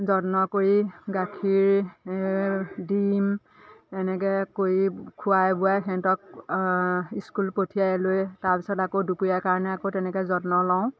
যত্ন কৰি গাখীৰ ডিম তেনেকৈ কৰি খুৱাই বোৱাই সিহঁতক স্কুল পঠিয়াই লৈ তাৰপিছত আকৌ দুপৰীয়া কাৰণে আকৌ তেনেকৈ যত্ন লওঁ